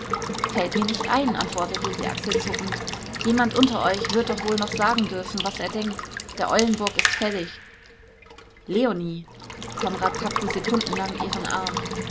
fällt mir nicht ein antwortete sie achselzuckend jemand unter euch wird doch wohl noch sagen dürfen was er denkt der eulenburg ist fällig leonie konrad packte sekundenlang ihren arm